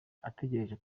ategereje